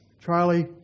Charlie